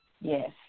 Yes